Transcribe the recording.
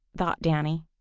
thought danny.